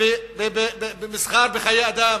בחיי אדם.